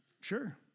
Sure